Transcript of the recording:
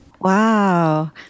Wow